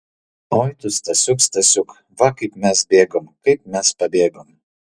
oi tu stasiuk stasiuk va kaip mes bėgom kaip mes pabėgom